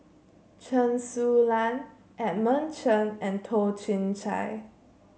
Chen Su Lan Edmund Chen and Toh Chin Chye